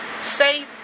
say